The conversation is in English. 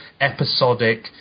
episodic